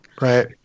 Right